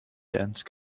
dense